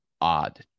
odd